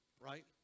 right